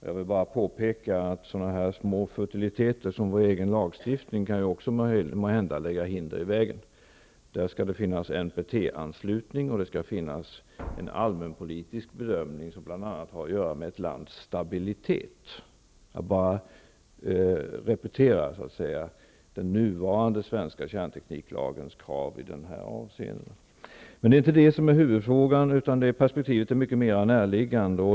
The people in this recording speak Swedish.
Jag vill bara påpeka att sådana små futiliteter som vår egen lagstiftning måhända också kan lägga hinder i vägen. Enligt vår lagstiftning skall det finnas NPT-anslutning och en allmänpolitisk bedömning som har att göra bl.a. med ett lands stabilitet. Jag repeterar alltså bara den nuvarande svenska kärntekniklagens krav i dessa avseenden. Men det är inte detta som är huvudfrågan, utan perspektivet är mycket mer närliggande.